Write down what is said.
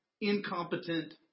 incompetent